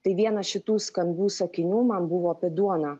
tai vienas šitų skambių sakinių man buvo apie duoną